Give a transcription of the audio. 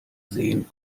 sehen